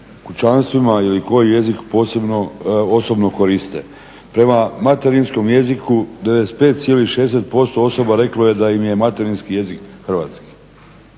kućanstvima ili koji jezik osobno koriste. Prema materijskom jeziku 95,60% osoba reklo je da im je materinski jezik hrvatski